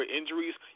injuries